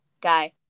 guy